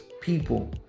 people